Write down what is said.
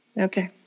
Okay